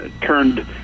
turned